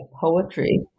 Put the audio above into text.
poetry